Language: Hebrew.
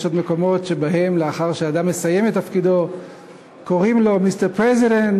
יש מקומות שבהם לאחר שאדם מסיים את תפקידו קוראים לו Mr. President,